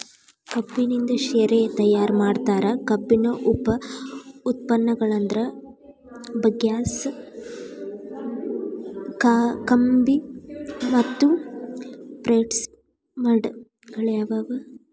ಕಬ್ಬಿನಿಂದ ಶೇರೆ ತಯಾರ್ ಮಾಡ್ತಾರ, ಕಬ್ಬಿನ ಉಪ ಉತ್ಪನ್ನಗಳಂದ್ರ ಬಗ್ಯಾಸ್, ಕಾಕಂಬಿ ಮತ್ತು ಪ್ರೆಸ್ಮಡ್ ಗಳಗ್ಯಾವ